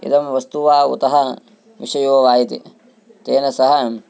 इदं वस्तु वा उतः विषयो वा इति तेन सह